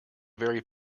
very